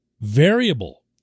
variable